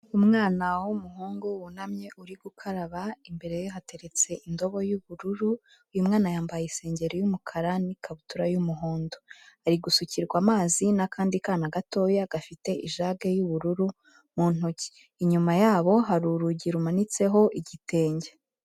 Umwana w'umuhungu wunamye uri gukaraba, imbere ye hateretse indobo y'ubururu, uyu mwana yambaye isengeri y'umukara n'ikabutura y'umuhondo, ari gusukirwa amazi n'akandi kana gatoya gafite ijage y'ubururu mu ntoki, inyuma yabo hari urugi rumanitseho igitenge.